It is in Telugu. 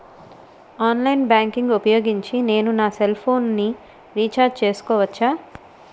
ఆన్లైన్ బ్యాంకింగ్ ఊపోయోగించి నేను నా సెల్ ఫోను ని రీఛార్జ్ చేసుకోవచ్చా?